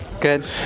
Good